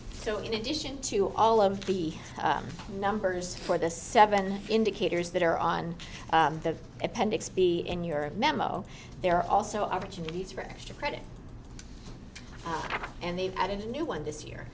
so in addition to all of the numbers for the seven indicators that are on the appendix b in your memo there are also opportunities for extra credit and they've added a new one this year